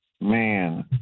Man